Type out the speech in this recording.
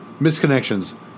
misconnections